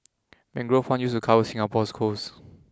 Mangrove one used to cover Singapore's coasts